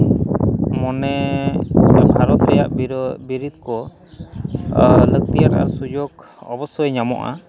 ᱢᱟᱱᱮ ᱵᱷᱟᱨᱚᱛ ᱨᱮᱭᱟᱜ ᱵᱤᱨᱤᱫ ᱠᱚ ᱞᱟᱹᱠᱛᱤᱭᱟᱱ ᱥᱩᱡᱳᱜᱽ ᱚᱵᱚᱥᱥᱳᱭ ᱧᱟᱢᱚᱜᱼᱟ